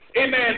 amen